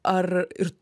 ar ir